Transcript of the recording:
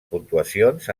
puntuacions